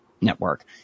network